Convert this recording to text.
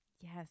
Yes